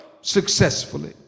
successfully